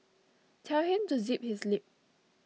tell him to zip his lip